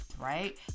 right